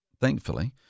thankfully